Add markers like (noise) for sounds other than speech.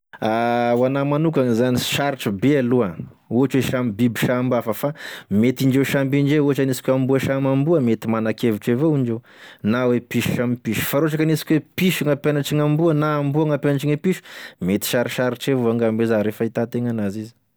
(hesitation) Ho anahy manokagny zany sarotry be aloa, ohatry hoe zany biby samby hafa fa mety indreo samby indreo ,ohatry anisika amboa samy amboa, mety manakevitry evao indreo, na hoe piso samy piso fa raha ohatry ka anisika hoe piso gn'apianatry gn'amboa na amboa gn'ampianatry gne piso, mety sarosarotry evao angamba iza raha e fahitategna anazy izy.